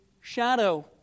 shadow